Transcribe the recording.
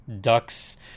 Ducks